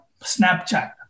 Snapchat